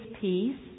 peace